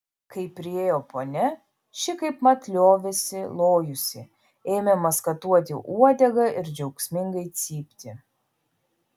kai priėjo ponia ši kaipmat liovėsi lojusi ėmė maskatuoti uodegą ir džiaugsmingai cypti